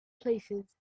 places